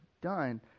done